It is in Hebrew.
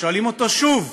ושואלים אותו שוב,